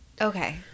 okay